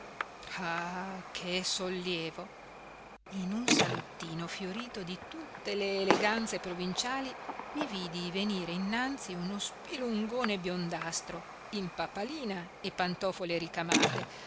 ah che sollievo in un salottino fiorito di tutte le eleganze provinciali mi vidi venire innanzi uno spilungone biondastro in papalina e pantofole ricamate